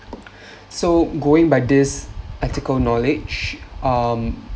so going by this practical knowledge um